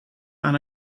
aan